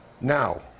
Now